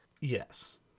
yes